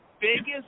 biggest